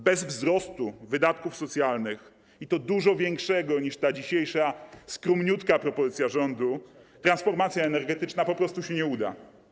Bez wzrostu wydatków socjalnych - i to dużo większego niż ta dzisiejsza skromniutka propozycja rządu - transformacja energetyczna po prostu się nie uda.